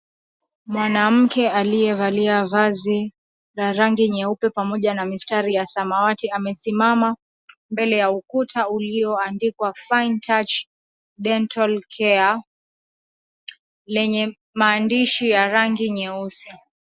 Mwanamke aliyevalia vazi ya rangi nyeupe pamoja na mistari ya samawati amesimama mbele ya ukuta ulioandikwa, Fine Touch Dental Care lenye maandishi ya rangi nyeusi.